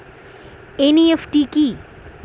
NEFT কি?